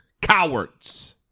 cowards